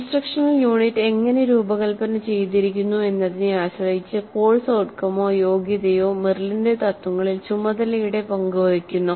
instructional unit എങ്ങനെ രൂപകൽപ്പന ചെയ്തിരിക്കുന്നു എന്നതിനെ ആശ്രയിച്ച് കോഴ്സ് ഔട്ട്കമോ യോഗ്യതയോ മെറിലിന്റെ തത്വങ്ങളിൽ ചുമതലയുടെ പങ്ക് വഹിക്കുന്നു